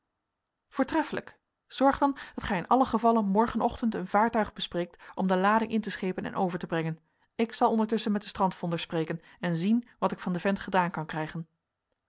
voortreffelijk zorg dan dat gij in allen gevalle morgenochtend een vaartuig bespreekt om de lading in te schepen en over te brengen ik zal ondertusschen met den strandvonder spreken en zien wat ik van den vent gedaan kan krijgen